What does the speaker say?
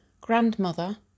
grandmother